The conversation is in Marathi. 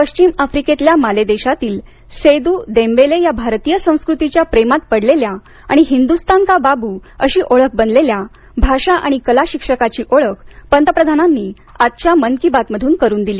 पश्चिम आफ्रिकेतल्या माले देशातील सेदू देमबेले या भारतीय संस्कृतीच्या प्रेमात पडलेल्या आणि हिंदुस्तान का बाबू अशीच ओळख बनलेल्या भाषा आणि कला शिक्षकाची ओळख पंतप्रधानांनी आजच्या मन की बात मधून करून दिली